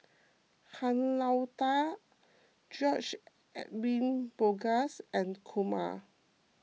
Han Lao Da George Edwin Bogaars and Kumar